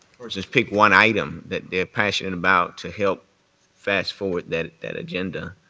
pick one item that they're passionate about to help fast forward that that agenda.